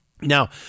Now